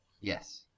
Yes